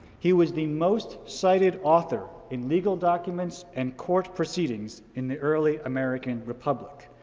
he was the most cited author in legal documents and court proceedings in the early american republic.